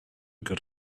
good